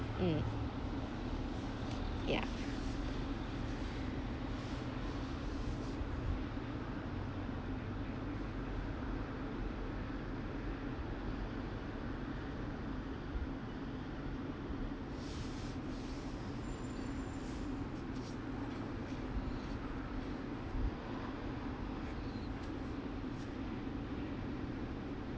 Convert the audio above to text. mm ya